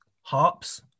harps